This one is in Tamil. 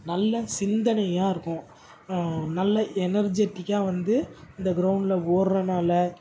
நல்ல சிந்தனையாக இருக்கும் நல்லா எனர்ஜெடிக்காக வந்து இந்த கிரௌண்டில் ஓட்றதுனால